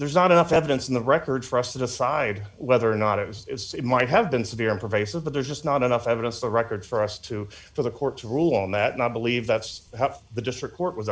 there's not enough evidence in the record for us to decide whether or not it was it might have been severe pervasive but there's just not enough evidence the record for us to for the court to rule on that and i believe that's how the district court